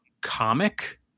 comic